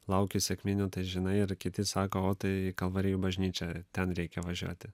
lauki sekminių tai žinai ir kiti sako o tai kalvarijų bažnyčią ten reikia važiuoti